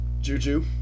Juju